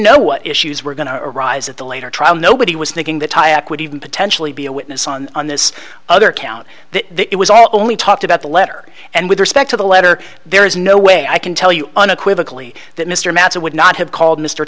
know what issues were going to arise at the later trial nobody was making the tie awkward even potentially be a witness on this other count that it was all only talked about the letter and with respect to the letter there is no way i can tell you unequivocally that mr madsen would not have called mr